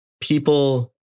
people